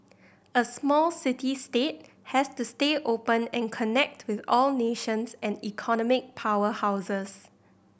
a small city state has to stay open and connect with all nations and economic powerhouses